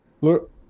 look